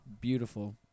beautiful